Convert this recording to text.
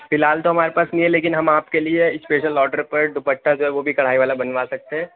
فی الحال تو ہمارے پاس یہ ہے لیکن ہم آپ کے لیے اسپیسل آرڈر پر دوپٹہ جو ہے وہ بھی کڑھائی والا بنوا سکتے ہیں